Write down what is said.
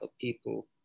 people